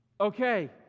Okay